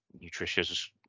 nutritious